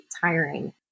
tiring